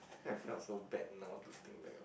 I felt so bad now to think back all